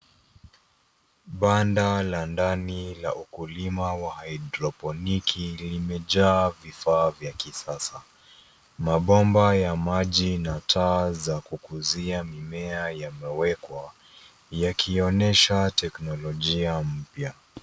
Banda la ndani la ukulima wa haidroponiki limejaa vifaa vya kisasa. Mabomba ya maji na taa za kukuzia mimea yamewekwa yakionyesha teknolojia mpya.